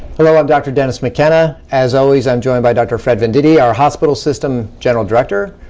hello, i'm dr. dennis mckenna, as always, i'm joined by dr. fred venditti, our hospital system general director,